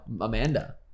Amanda